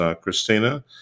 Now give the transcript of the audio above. Christina